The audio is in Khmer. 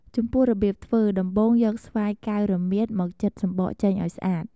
ចំពោះរបៀបធ្វើ ដំបូងយកស្វាយកែវរមៀតមកចិតសំបកចេញឱ្យស្អាត។